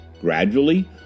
Gradually